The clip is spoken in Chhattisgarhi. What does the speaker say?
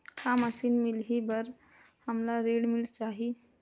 का मशीन मिलही बर हमला ऋण मिल जाही?